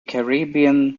caribbean